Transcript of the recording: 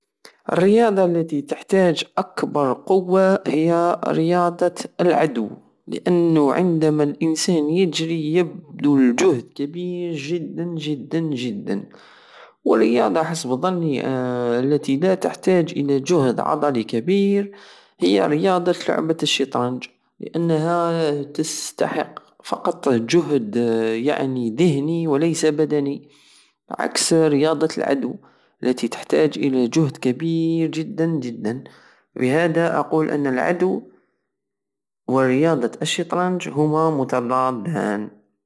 الرياضة التي تحتاج أكبر قوة هي رياضة العدو لأنو عندما للإنسان يجري يدل جهد كبير جدا جدا جدا والرياضة حسب ضني التي لاتحتاج الى جهد عضلي كبير هي رياضة لعبة الشطرنج لانها تستحق فقط جهد سعني ذهني ولايس بدني عكس رياضو العدو التي تحتاج الى جهد كبير جدا جدا ولهدا أقول أن العدو ورياضة الشطرنج هما متضادان